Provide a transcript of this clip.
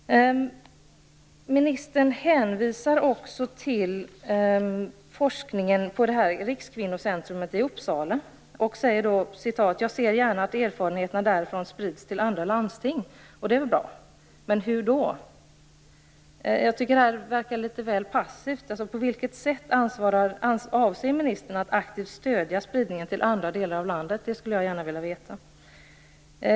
Ministern hänvisar i svaret till forskningen på Rikskvinnocentrum i Uppsala, och säger: "Jag ser gärna att erfarenheterna därifrån sprids till andra landsting." Det är ju bra. Men hur då? Jag tycker att detta verkar litet väl passivt. På vilket sätt avser ministern att aktivt stödja spridningen till andra delar av landet? Det skulle jag gärna vilja veta.